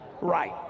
right